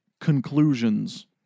conclusions